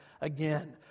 again